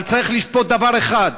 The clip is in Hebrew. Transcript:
אבל צריך לשפוט דבר אחד: